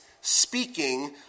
speaking